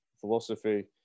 philosophy